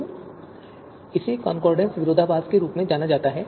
तो इसे कॉन्डोर्सेट विरोधाभास के रूप में जाना जाता है